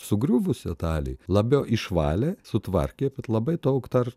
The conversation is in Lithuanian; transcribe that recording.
sugriuvusią dalį labiau išvalė sutvarkė bet labai daug dar